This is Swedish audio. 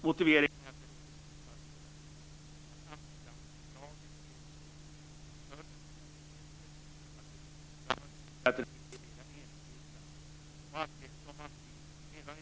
Motiveringen är att det råder oklarheter, att Amsterdamfördraget ger Europol betydligt större befogenheter och att det blir för stora möjligheter att registrera enskilda. Dessutom, skriver man, finns redan i dag ett tätt nät av bi och multilaterala överenskommelser mellan brottsbekämpande myndigheter.